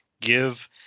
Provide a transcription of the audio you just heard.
give